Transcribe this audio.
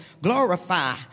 glorify